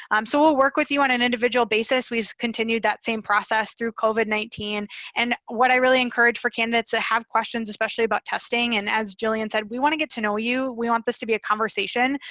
um so we'll work with you on an individual basis. we've continued that same process through covid nineteen and what i really encourage for candidates that ah have questions, especially about testing. and as jillian said, we want to get to know you. we want this to be a conversation.